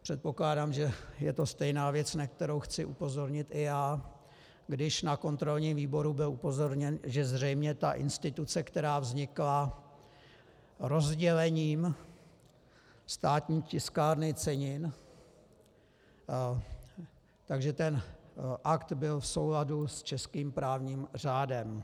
Předpokládám, že je to stejná věc, na kterou chci upozornit i já, když na kontrolním výboru byl upozorněn, že zřejmě ta instituce, která vznikla rozdělením Státní tiskárny cenin, tak že ten akt byl v souladu s českým právním řádem.